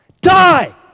Die